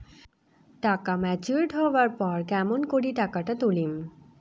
টাকা ম্যাচিওরড হবার পর কেমন করি টাকাটা তুলিম?